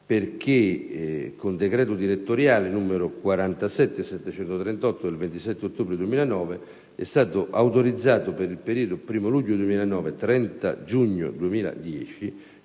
Con decreto direttoriale n. 47.738 del 27 ottobre 2009 è stato infatti autorizzato, per il periodo 1° luglio 2009-30 giugno 2010,